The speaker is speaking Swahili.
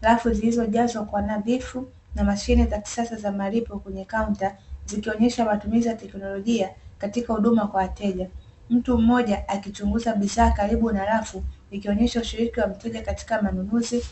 Rafu zilizojazwa kwa nadhifu, na mashine za kisasa za malipo kwenye kaunta zikionyesha matumizi ya teknolojia katika huduma kwa wateja. Mtu mmoja akichunguza bidhaa karibu na rafu, ikionyesha ushiriki wa mteja katika manunuzi.